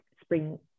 spring